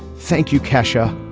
thank you kesha.